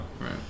right